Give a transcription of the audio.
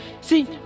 see